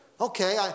Okay